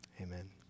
Amen